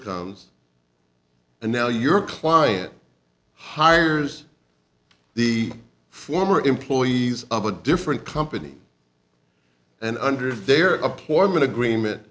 comes and now your client hires the former employees of a different company and under their of hourman agreement